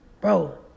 bro